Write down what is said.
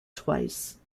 twice